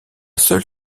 seul